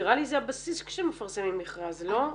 נראה לי זה הבסיס כשמפרסמים מכרז לא?